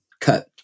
cut